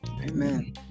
Amen